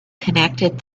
connected